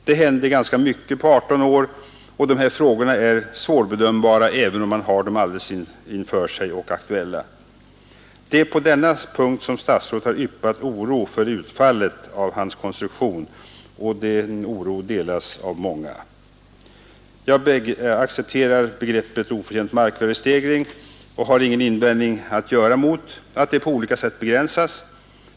Det händer ganska mycket på 18 år, och dessa frågor är svårbedömbara även om man har dem alldeles inför sig och aktuella. Det är på denna punkt som statsrådet yppat oro för utfallet av sin konstruktion, och den oron delas av många. Jag accepterar begreppet oförtjänt markvärdestegring och har ingen invändning att göra mot att denna på olika sätt begränsas.